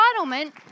entitlement